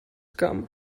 come